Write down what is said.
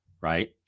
right